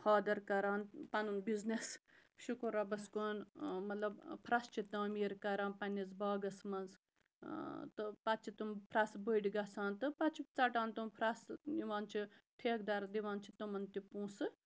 father کَران پَنُن business شُکُر رۄبَس کُن مطلب پھرٛٮ۪س چھِ تعمیٖر کَران پنٛنِس باغَس منٛز تہٕ پَتہٕ چھِ تم پھرٛٮ۪س بٔڑۍ گژھان تہٕ پَتہٕ چھِکھ ژٹان تم پھرٛٮ۪س نِوان چھِ ٹھیکہٕ دَر دِوان چھِ تمَن تہِ پونٛسہٕ